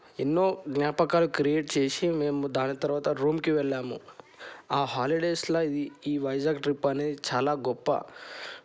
ఎన్నో జ్ఞాపకాలు క్రియేట్ చేసి మేము దాని తర్వాత రూమ్కి వెళ్ళాము ఆ హాలిడేస్లో ఈ వైజాగ్ ట్రిప్ అనేది చాలా గొప్ప